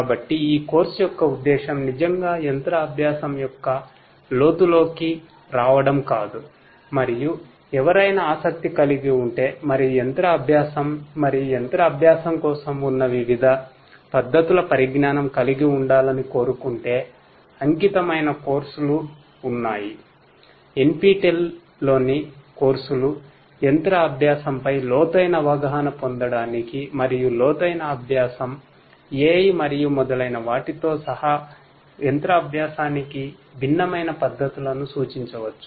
కాబట్టి ఈ కోర్సు యొక్క ముక్య ఉద్దేశ్యం నిజంగా మెషిన్ లెర్నింగ్ పై లోతైన అవగాహన పొందడానికి మరియు లోతైన అభ్యాసం AI మరియు మొదలైన వాటితో సహా యంత్ర అభ్యాసానికి భిన్నమైన పద్దతులను సూచించవచ్చు